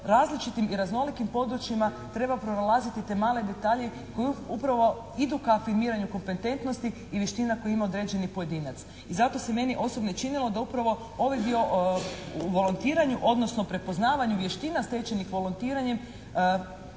različitim i raznolikim područjima treba pronalaziti te male detalje koji upravo idu ka afirmiranju kompetentnosti i vještina koje ima određeni pojedinac. I zato se meni osobno i činilo da upravo ovaj dio o volontiranju odnosno prepoznavanju vještina stečenih volontiranjem